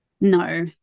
No